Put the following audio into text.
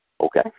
Okay